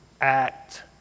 act